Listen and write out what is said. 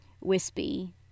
wispy